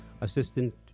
assistant